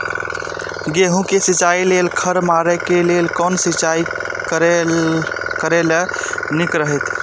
गेहूँ के सिंचाई लेल खर मारे के लेल कोन सिंचाई करे ल नीक रहैत?